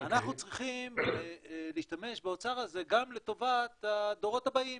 ואנחנו צריכים להשתמש באוצר הזה גם לטובת הדורות הבאים